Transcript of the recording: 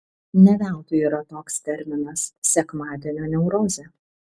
ne veltui yra toks terminas sekmadienio neurozė